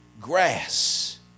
Grass